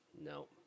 no